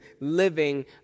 living